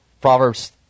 Proverbs